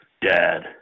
dad